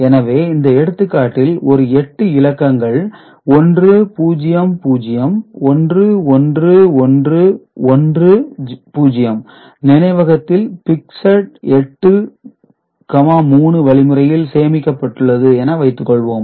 எனவே இந்த எடுத்துக்காட்டில் ஒரு 8 இலக்கங்கள் 10011110 நினைவகத்தில் பிக்ஸட் 83 வழிமுறையில் சேமிக்கப்பட்டுள்ளது என வைத்துக்கொள்வோம்